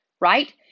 Right